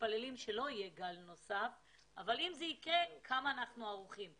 מתפללים שלא יהיה גל נוסף אבל אם זה יקרה כמה אנחנו ערוכים?